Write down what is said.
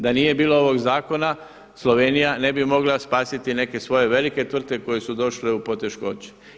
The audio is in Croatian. Da nije bilo ovog zakona Slovenija ne bi mogla spasiti neke svoje velike tvrtke koje su došle u poteškoće.